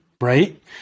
right